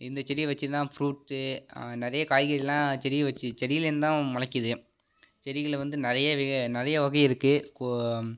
இந்த செடியை வச்சு தான் ஃப்ரூட்ஸு நிறையா காய்கறிலாம் செடியை வச்சு செடியிலேருந்து தான் முளைக்கிது செடிகளில் வந்து நிறையா நிறையா வகை இருக்கு